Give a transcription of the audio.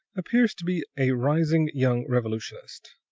appears to be a rising young revolutionist.